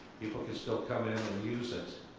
people can still come in and use it.